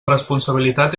responsabilitat